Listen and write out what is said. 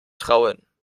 trauen